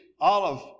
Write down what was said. olive